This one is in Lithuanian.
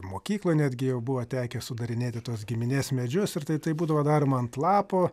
mokykloj netgi jau buvo tekę sudarinėti tuos giminės medžius ir tai tai būdavo daroma ant lapo